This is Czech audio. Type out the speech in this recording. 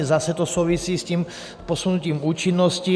Zase to souvisí s posunutím účinnosti.